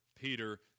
Peter